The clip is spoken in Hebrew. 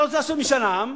אתה רוצה לעשות משאל עם,